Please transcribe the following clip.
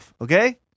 okay